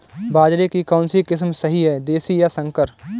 बाजरे की कौनसी किस्म सही हैं देशी या संकर?